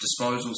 disposals